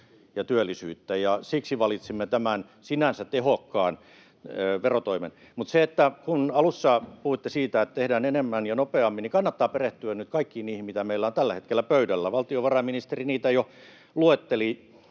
ja työllisyyttä, ja siksi valitsimme tämän sinänsä tehokkaan verotoimen. Kun alussa puhuitte siitä, että tehdään enemmän ja nopeammin, niin kannattaa perehtyä nyt kaikkiin niihin, mitä meillä on tällä hetkellä pöydällä. Valtiovarainministeri niitä jo luetteli.